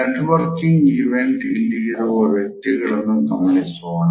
networking event ಅಲ್ಲಿ ಇರುವ ಈ ವ್ಯಕ್ತಿಗಳನ್ನು ಗಮನಿಸೋಣ